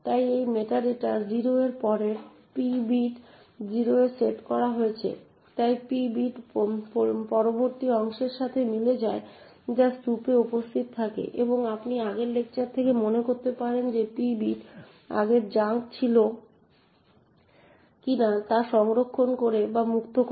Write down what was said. তাই এই মেটাডেটা 0 এর পরের p বিট 0 এ সেট করা হয়েছে তাই p বিট পরবর্তী অংশের সাথে মিলে যায় যা স্তূপে উপস্থিত থাকে এবং আপনি আগের লেকচার থেকে মনে করতে পারেন যে p বিট আগের জাঙ্ক ছিল কিনা তা সংরক্ষণ করে বা মুক্ত করে